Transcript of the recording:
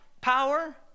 power